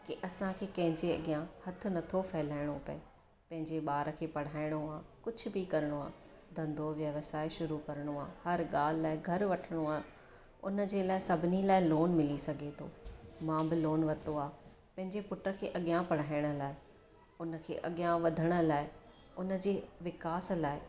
की असांखे कंहिंजे अॻियां हथु नथो फ़ैलाइणो पिए पंहिंजे ॿार खे पढ़ाइणो आहे कुझु बि करिणो आहे धंधो व्यवसाय शुरू करिणो आहे हर ॻाल्हि लाइ घर वठिणो आहे हुनजे लाइ सभिनी लाइ लोन मिली सघे थो मां बि लोन वरितो आहे पंहिंजे पुट खे अॻियां पढ़ाइण लाइ हुनखे अॻियां वधण लाइ हुनजे विकास लाइ